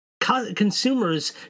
consumers